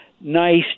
nice